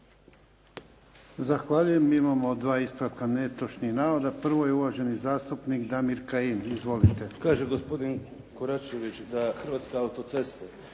Zahvaljujem. Imamo dva ispravka netočnih navoda. Prvo je uvaženi zastupnik Damir Kajin. Izvolite. **Kajin, Damir (IDS)** Kaže gospodin Koračević da Hrvatske autoceste